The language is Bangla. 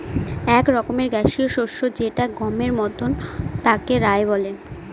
এক রকমের গ্যাসীয় শস্য যেটা গমের মতন তাকে রায় বলে